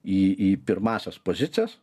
į į pirmąsias pozicijas